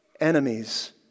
Enemies